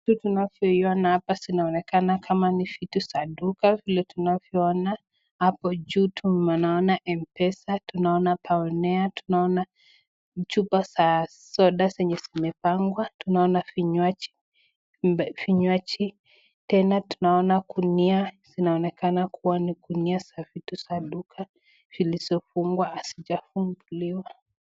Vitu vinavyoonekana hapa zinaonekana kama ni vitu za duka, vile tunavyoona hapo juu tunaona mpesa, tunaona pioneer, tunaona chupa za soda zenye zimepangwa, tunaona vinywaji Tena tunaona gunia zinaonekana kuwa ni gunia za vitu za duka zilizofungwa hazijafunguliwa.